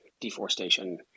deforestation